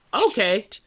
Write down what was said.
okay